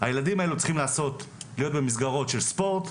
הילדים האלה צריכים להיות במסגרות של ספורט,